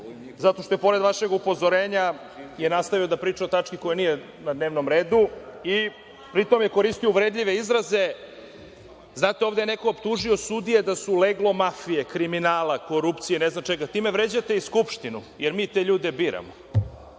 zato što je, i pored vašeg upozorenja, nastavio da priča o tački koja nije na dnevnom redu i pri tome je koristio uvredljive izraze. Znate, ovde je neko optužio sudije da su leglo mafije, kriminala, korupcije i ne znam čega. Time vređate i Skupštinu, jer mi te ljude biramo. To